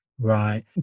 Right